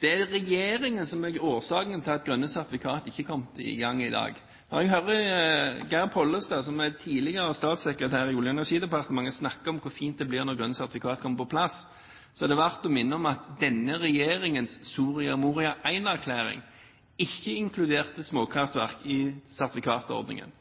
Det er regjeringen som er årsaken til at grønne sertifikat ikke er kommet i gang, i dag. Når Geir Pollestad, som er tidligere statssekretær i Olje- og energidepartementet, snakker om hvor fint det blir når grønne sertifikater kommer på plass, er det verdt å minne om at denne regjeringens Soria Moria I-erklæring ikke inkluderte småkraftverk i sertifikatordningen.